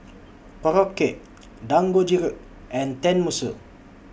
Korokke Dangojiru and Tenmusu